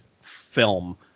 film